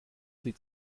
sie